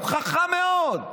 הוא חכם מאוד.